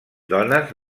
dones